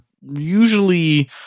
usually